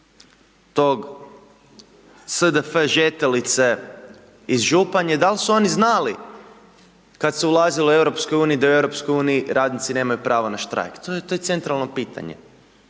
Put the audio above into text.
tog SDF Žetelice iz Županje, dal su oni znali kada se ulazilo u EU, da u EU radnici nemaju pravo na štrajk, to je centralno pitanje.